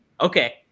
Okay